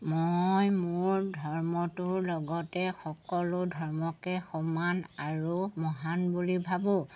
মই মোৰ ধৰ্মটোৰ লগতে সকলো ধৰ্মকে সমান আৰু মহান বুলি ভাবোঁ